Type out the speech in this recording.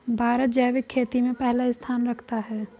भारत जैविक खेती में पहला स्थान रखता है